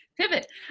pivot